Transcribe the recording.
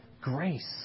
grace